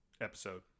episode